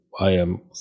IAM